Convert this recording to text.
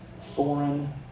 foreign